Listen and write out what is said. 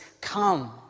come